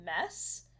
mess